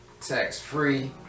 Tax-free